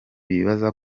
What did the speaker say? bibazaga